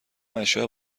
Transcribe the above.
اشیاء